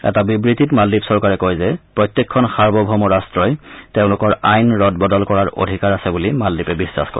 এটা বিবৃতিত মালদ্বীপ চৰকাৰে কয় যে প্ৰত্যেকখন সাৰ্বভৌম ৰাট্টই তেওঁলোকৰ আইন ৰদ বদল কৰাৰ অধিকাৰ আছে বুলি মালদ্বীপে বিশ্বাস কৰে